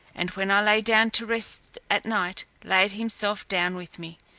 and when i lay down to rest at night, laid himself down with me,